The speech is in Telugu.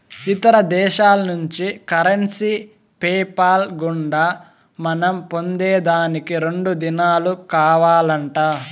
ఇతర దేశాల్నుంచి కరెన్సీ పేపాల్ గుండా మనం పొందేదానికి రెండు దినాలు కావాలంట